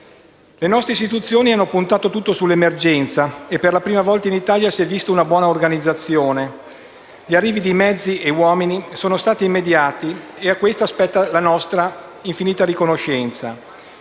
Le nostre istituzioni hanno puntato sull'emergenza e per la prima volta in Italia si è vista una buona organizzazione: gli arrivi di mezzi ed uomini sono stati immediati e a questi spetta la nostra infinita riconoscenza.